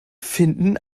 finden